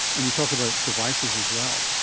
and you talk about devices as well?